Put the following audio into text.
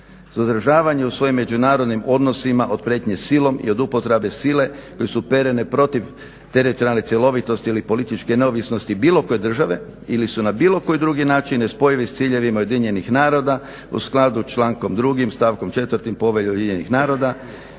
suzdržavanje u svojim međunarodnim odnosima od prijetnje silom i od upotrebe sile koje su uperene protiv teritorijalne cjelovitosti ili političke neovisnosti bilo koje države ili su na bilo koje druge načine spojivi s ciljevima UN-a u skladu sa člankom 2.stavkom 4. Povelje UN-a,